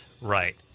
right